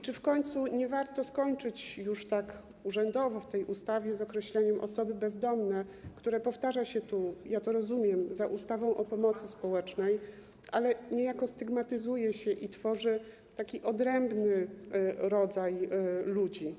I w końcu czy nie warto skończyć już tak urzędowo w tej ustawie z określeniem: osoby bezdomne, które powtarza się tu, ja to rozumiem, za ustawą o pomocy społecznej, ale które niejako stygmatyzuje i tworzy taki odrębny rodzaj ludzi?